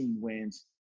wins